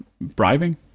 bribing